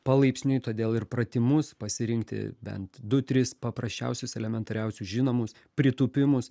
palaipsniui todėl ir pratimus pasirinkti bent du tris paprasčiausius elementariausius žinomus pritūpimus